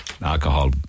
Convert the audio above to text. alcohol